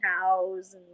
cows